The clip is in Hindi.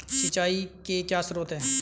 सिंचाई के क्या स्रोत हैं?